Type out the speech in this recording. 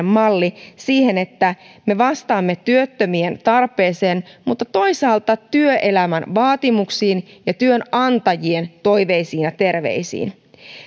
malli siihen että me vastaamme työttömien tarpeeseen mutta toisaalta työelämän vaatimuksiin ja työnantajien toiveisiin ja terveisiin